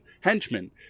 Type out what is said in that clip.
henchmen